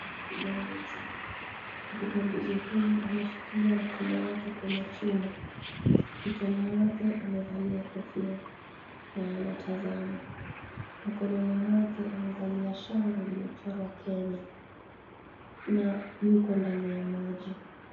Mpigambizi, mpigambizi huyu ameshikilia mkono wake kwenye chuma, kichwani mwake amevalia kofia na anatazama, mkononi mwake amevalia shanga iliyo chorwa Kenya na yuko ndani ya maji.